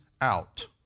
out